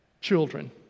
children